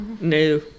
No